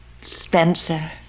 Spencer